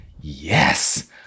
Yes